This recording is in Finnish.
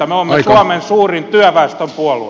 me olemme suomen suurin työväestön puolue